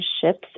ships